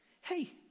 Hey